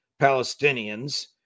Palestinians